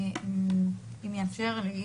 אם יתאפשר לי.